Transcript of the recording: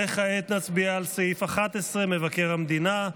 וכעת נצביע על סעיף 11, מבקר המדינה.